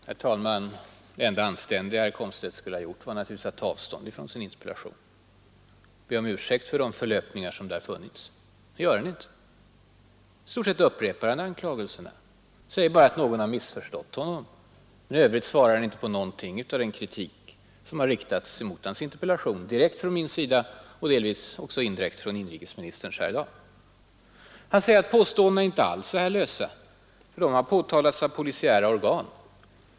Herr talman! Det enda anständiga herr Komstedt kunde ha gjort i dag skulle naturligtvis ha varit att ta avstånd från sin interpellation och be om ursäkt för de förlöpningar som där finns. Det gör han inte. I stort sett upprepar han anklagelserna. Han säger bara att någon har missförstått honom. Men i övrigt svarar han inte på någonting av den kritik som har riktats mot hans interpellation, direkt från min sida och delvis också indirekt från inrikesministerns sida här i dag. Herr Komstedt säger att påståendena inte alls är så här lösa; de har påtalats av polisiära organ.